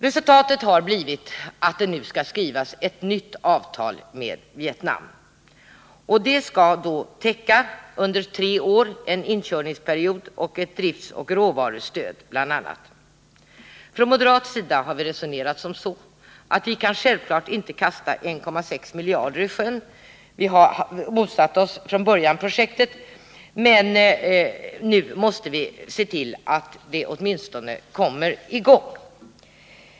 Resultatet har blivit att det nu skall skrivas ett nytt avtal med Vietnam. Det skall då täcka en inkörningsperiod av tre år och ett driftsoch råvarustöd. Från moderat sida har vi resonerat som så att vi självfallet inte kan kasta 1,6 miljarder kronor i sjön. Vi har från början motsatt oss projektet, men nu måste vi se till att det åtminstone kommer i gång.